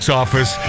office